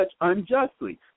unjustly